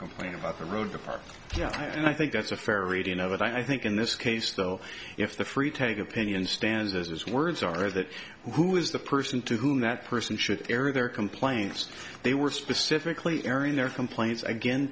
complaint about the road to far yeah i think that's a fair reading of it i think in this case though if the free take opinion stands as words are that who is the person to whom that person should air their complaints they were specifically airing their complaints again